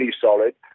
solid